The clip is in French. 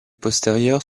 postérieures